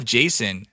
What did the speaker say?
Jason